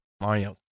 Mario